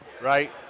right